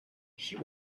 she